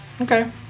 Okay